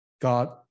God